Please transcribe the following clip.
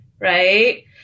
right